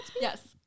yes